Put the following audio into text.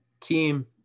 team